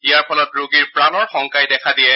ইয়াৰ ফলত ৰোগীৰ প্ৰাণৰ শংকাই দেখা দিয়ে